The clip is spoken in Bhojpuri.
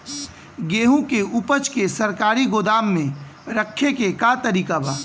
गेहूँ के ऊपज के सरकारी गोदाम मे रखे के का तरीका बा?